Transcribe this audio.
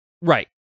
Right